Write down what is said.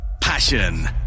passion